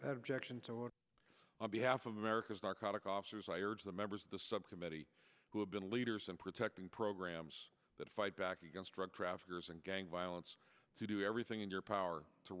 that objection to it on behalf of america's narcotic officers i urge the members of the subcommittee who have been leaders in protecting programs that fight back against drug traffickers and gang violence to do everything in your power to